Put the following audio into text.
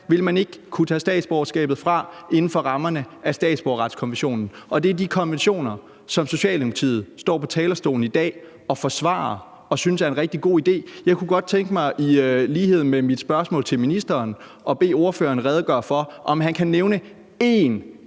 ville man ikke kunne tage statsborgerskabet fra inden for rammerne af statsborgerretskonventionen. Og det er de konventioner, som Socialdemokratiet står på talerstolen i dag og forsvarer og synes er en rigtig god idé. Jeg kunne godt tænke mig, i lighed med mit spørgsmål til ministeren, at bede ordføreren redegøre for, om han kan nævne en